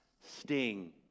Sting